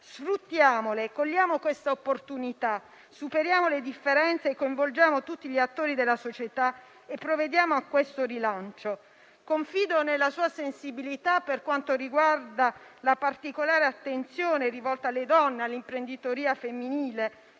sfruttiamole e cogliamo questa opportunità, superiamo le differenze, coinvolgiamo tutti gli attori della società e provvediamo a questo rilancio. Confido nella sua sensibilità per quanto riguarda la particolare attenzione rivolta alle donne e all'imprenditoria femminile,